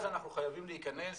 אז אנחנו חייבים להיכנס